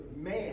man